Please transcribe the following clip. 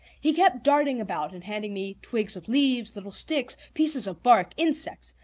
he kept darting about and handing me twigs of leaves, little sticks, pieces of bark, insects,